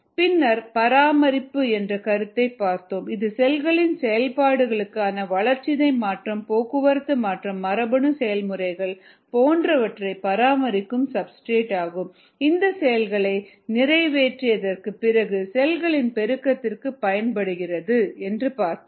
பின்னர் பராமரிப்பு என்ற கருத்தைப் பார்த்தோம் இது செல்களின் செயல்பாடுகளான வளர்சிதை மாற்றம் போக்குவரத்து மற்றும் மரபணு செயல்முறைகள் போன்றவற்றை பராமரிக்கும் சப்ஸ்டிரேட் ஆகும் இந்த செயல்களை நிறைவேற்றியதற்கு பிறகு செல்களின் பெருக்கத்திற்கு பயன்படுகிறது என்று பார்த்தோம்